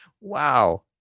wow